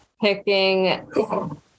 Picking